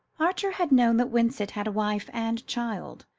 archer had known that winsett had a wife and child,